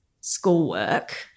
schoolwork